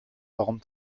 warum